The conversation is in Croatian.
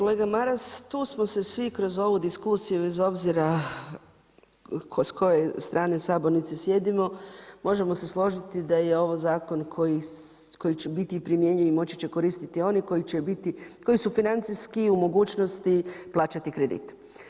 Kolega Maras, tu smo se svi kroz ovu diskusiju bez obzira s koje strane sabornice sjedimo, možemo se složiti da je ovo zakon koji će biti i primjenjiv i moći će koristiti oni koji će biti, koji su financijski i u mogućnosti plaćati kredit.